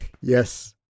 yes